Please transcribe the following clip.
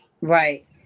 right